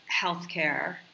healthcare